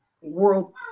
world